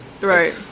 Right